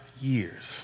years